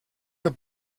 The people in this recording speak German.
der